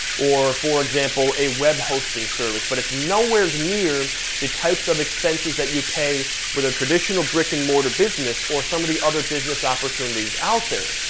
or for example, a web hosting service, but it's nowhere near the types of expenses that you pay with a traditional brick and mortar business, or some of the other business opportunities out there.